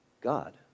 God